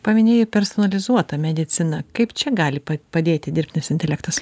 paminėjai personalizuotą mediciną kaip čia gali pa padėti dirbtinis intelektas